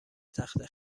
تخته